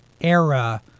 era